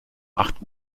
acht